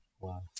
Wow